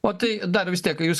o tai dar vis tiek jūs